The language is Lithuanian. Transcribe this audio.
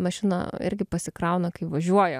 mašina irgi pasikrauna kaip važiuoja